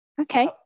okay